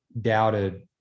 doubted